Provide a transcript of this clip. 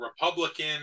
Republican